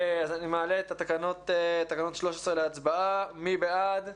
אז אני מעלה את תקנות 13 להצבעה, מי בעד?